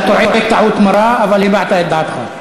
אתה טועה טעות מרה, אבל הבעת את דעתך.